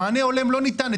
המענה ההולם לא ניתן.